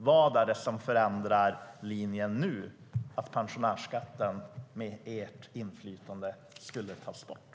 Vad är det som nu ändrar linjen så att pensionärsskatten med ert inflytande skulle tas bort?